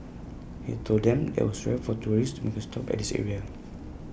he told them that IT was rare for tourists to make A stop at this area